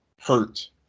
hurt